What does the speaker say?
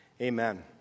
Amen